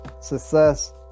success